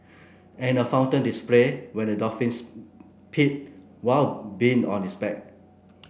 and a fountain display when a dolphins peed while being on his back